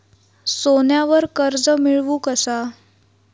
सोन्यावर कर्ज मिळवू कसा?